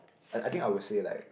I I think I will say like